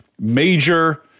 major